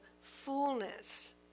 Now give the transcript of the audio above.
fullness